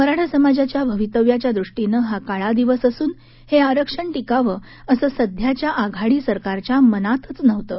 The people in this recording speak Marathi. मराठा समाजाच्या भवितव्याच्या दृष्टीनं हा काळा दिवस असून हे आरक्षण टिकावंअसं सध्याच्या आघाडी सरकारच्या मनातच नव्हतं